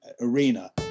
arena